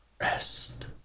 rest